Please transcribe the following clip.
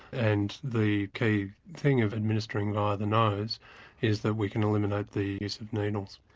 and the key thing of administering via the nose is that we can eliminate the use of needles.